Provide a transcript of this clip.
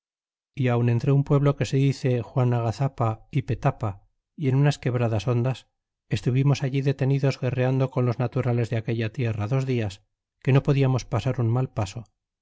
y aun entre un pueblo que se dice juanagazapa y petapa en unas quebradas hondas estuvimos alli detenidos guerreando con los naturales de aquella tierra dos dias que no podiamos pasar un mal paso